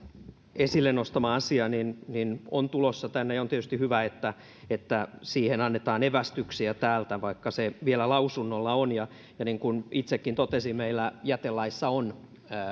esille nostama asia on tulossa tänne ja on tietysti hyvä että että siihen annetaan evästyksiä täältä vaikka se vielä lausunnolla on niin kuin itsekin totesin meillä jätelaissa on